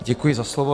Děkuji za slovo.